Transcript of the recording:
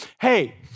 Hey